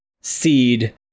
seed